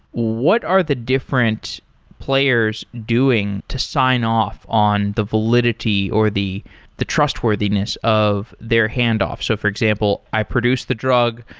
what are the different players doing to sign off on the validity or the the trustworthiness of their handoff? so for example, i produce the drug,